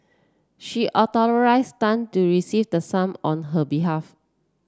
she authorised Tan to receive the sum on her behalf